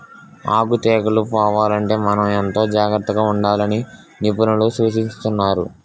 ఆకు తెగుళ్ళు పోవాలంటే మనం ఎంతో జాగ్రత్తగా ఉండాలని నిపుణులు సూచిస్తున్నారు